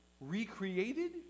recreated